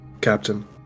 Captain